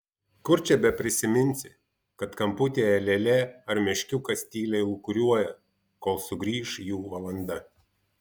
kur čia beprisiminsi kad kamputyje lėlė ar meškiukas tyliai lūkuriuoja kol sugrįš jų valanda